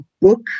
book